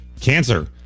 Cancer